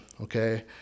Okay